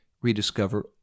rediscover